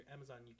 Amazon